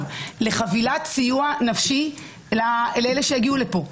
לחבילת סיוע נפשי לאלה שיגיעו לפה,